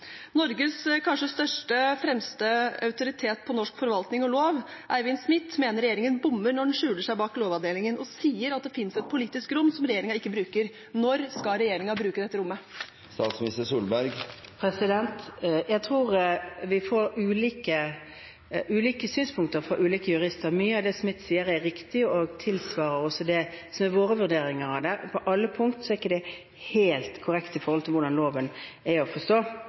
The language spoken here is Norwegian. Norges kanskje største og fremste autoritet på norsk forvaltning og lov, Eivind Smith, mener regjeringen bommer når den skjuler seg bak Lovavdelingen, og sier at det finnes et politisk rom som regjeringen ikke bruker. Når skal regjeringen bruke dette rommet? Jeg tror vi får ulike synspunkter fra ulike jurister. Mye av det Smith sier, er riktig og tilsvarer også det som er våre vurderinger. Det er ikke på alle punkt helt korrekt med hensyn til hvordan loven er å forstå,